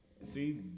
See